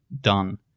done